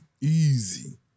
Easy